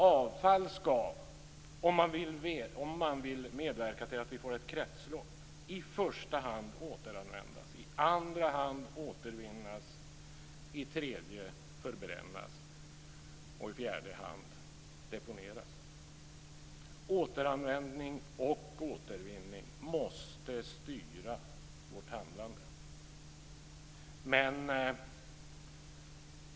Avfall skall, om man vill medverka till att vi får ett kretslopp, i första hand återanvändas, och i andra hand återvinnas. Nästa alternativ är att det skall förbrännas, och som sista alternativ skall det deponeras. Återanvändning och återvinning måste styra vårt handlande.